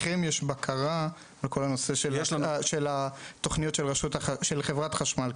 האם לכם יש בקרה בכל הנושא של תוכניות של חברת חשמל?